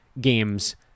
games